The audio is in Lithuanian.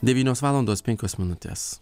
devynios valandos penkios minutės